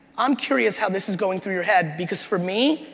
i'm curious how this is going through your head because for me,